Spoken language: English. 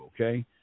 okay